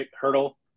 hurdle